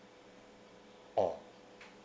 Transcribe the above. oh